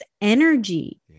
energy